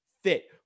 fit